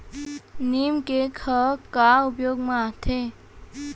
नीम cake ह का उपयोग मा आथे?